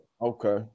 Okay